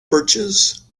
birches